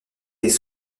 des